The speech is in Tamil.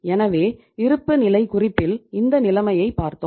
எனவே இருப்புநிலைக் குறிப்பில் இந்த நிலைமையை பார்த்தோம்